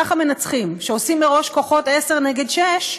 ככה מנצחים, כשעושים מראש כוחות עשר נגד שש,